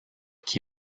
qui